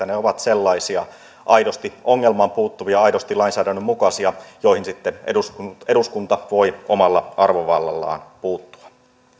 ne ovat sellaisia aidosti ongelmaan puuttuvia aidosti lainsäädännön mukaisia joihin sitten eduskunta eduskunta voi omalla arvovallallaan puuttua